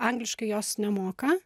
angliškai jos nemoka